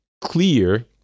clear